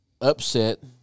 upset